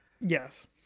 Yes